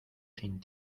sin